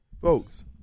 Folks